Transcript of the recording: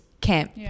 camp